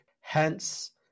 Hence